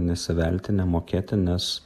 nesivelti nemokėti nes